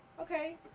Okay